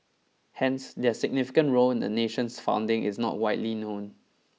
hence their significant role in the nation's founding is not widely known